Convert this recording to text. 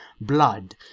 blood